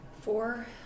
Four